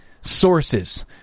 sources